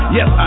Yes